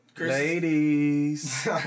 Ladies